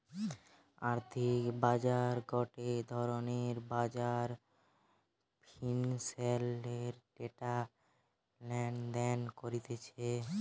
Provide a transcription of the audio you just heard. আর্থিক বাজার গটে ধরণের বাজার ফিন্যান্সের ডেটা লেনদেন করতিছে